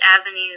avenue